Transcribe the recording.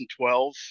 2012